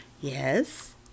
Yes